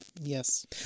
Yes